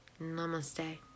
Namaste